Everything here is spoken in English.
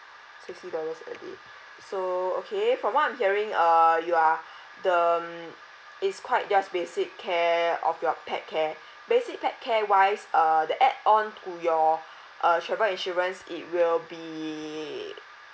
sixty dollars a day so okay from what I'm hearing uh you are the um it's quite just basic care of your pet care basic pet care wise uh the add on to your uh travel insurance it will be